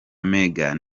meghan